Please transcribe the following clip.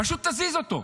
פשוט תזיז אותו,